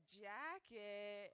jacket